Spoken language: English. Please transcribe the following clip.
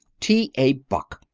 t. a. buck!